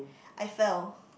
I fell